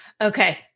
Okay